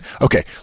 Okay